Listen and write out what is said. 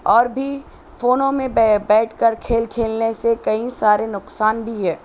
اور بھی فون میں بیٹھ کر کھیل کھیلنے سے کئی سارے نقصان بھی ہے